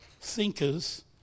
thinkers